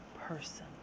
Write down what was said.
person